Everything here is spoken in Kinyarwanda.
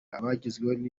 abagizweho